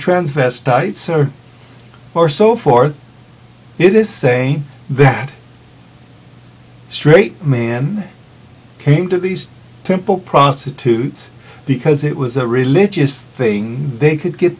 transvestites or so forth it is saying that straight man came to these temple prostitutes because it was a religious thing they could get